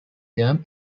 term